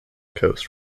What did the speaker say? coast